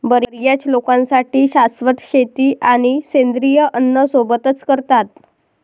बर्याच लोकांसाठी शाश्वत शेती आणि सेंद्रिय अन्न सोबतच करतात